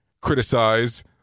criticize